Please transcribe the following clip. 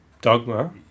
Dogma